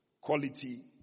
quality